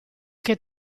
che